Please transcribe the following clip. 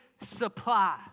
supply